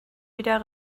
wieder